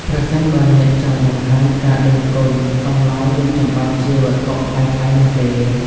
ប្រសិនបើអ្នកចង់បង្ហាញការដឹងគុណ អំណោយមិនចាំបាច់ជាវត្ថុថ្លៃៗនោះទេ។